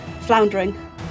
floundering